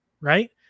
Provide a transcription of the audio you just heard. right